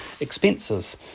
expenses